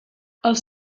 els